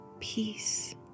peace